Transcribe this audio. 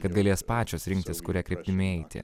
kad galės pačios rinktis kuria kryptimi eiti